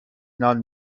نان